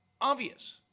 obvious